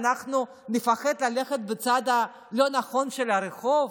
אנחנו נפחד ללכת בצד הלא-נכון של הרחוב